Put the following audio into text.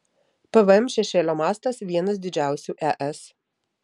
pvm šešėlio mastas vienas didžiausių es